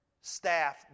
staff